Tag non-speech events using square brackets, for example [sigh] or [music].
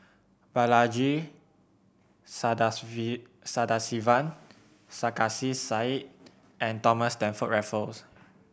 Balaji [unintelligible] Sadasivan Sarkasi Said and Thomas Stamford Raffles